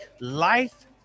life